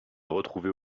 retrouvait